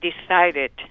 decided